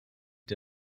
der